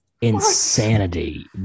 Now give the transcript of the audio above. insanity